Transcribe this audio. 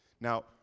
Now